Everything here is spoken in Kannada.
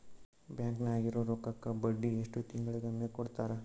ಬ್ಯಾಂಕ್ ನಾಗಿರೋ ರೊಕ್ಕಕ್ಕ ಬಡ್ಡಿ ಎಷ್ಟು ತಿಂಗಳಿಗೊಮ್ಮೆ ಕೊಡ್ತಾರ?